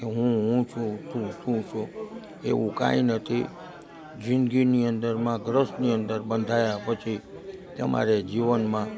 કે હું હું છું તું તું છો એવું કંઈ નથી જિંદગીની અંદરમાં ગૃહસ્થની અંદર બંધાયા પછી તમારે જીવનમાં